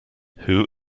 who